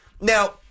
Now